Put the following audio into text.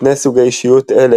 שני סוגי אישיות אלה,